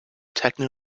techno